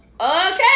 okay